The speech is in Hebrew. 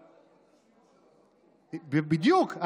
בדיוק,